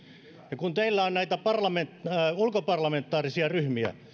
ja kun teillä on näitä ulkoparlamentaarisia ryhmiä